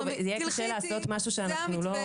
יהיה קשה לעשות משהו שאנחנו לא יכולים לעמוד בו.